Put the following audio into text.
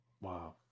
Wow